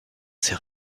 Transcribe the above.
ces